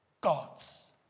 gods